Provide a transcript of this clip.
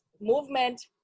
movement